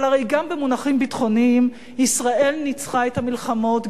אבל הרי גם במונחים ביטחוניים ישראל ניצחה במלחמות,